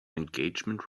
engagement